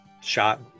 shot